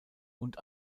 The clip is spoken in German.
und